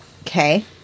Okay